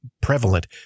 prevalent